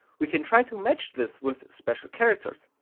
we can try to match this with special characters.